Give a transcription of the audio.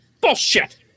bullshit